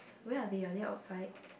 where are they are they outside